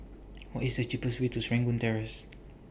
What IS The cheapest Way to Serangoon Terrace